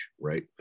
right